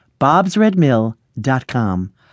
bobsredmill.com